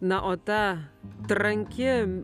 na o ta tranki